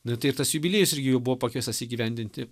nu tai ir tas jubiliejus irgi jau buvo pakeistas įgyvendinti